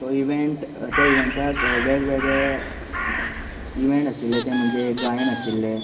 तो इवँट त्या इवँटाक वेगवेगळे इवँट आशिल्ले ते म्हणजे गायन आशिल्लें